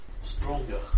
stronger